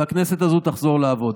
והכנסת הזו תחזור לעבוד.